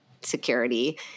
security